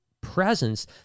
presence